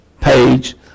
page